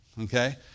Okay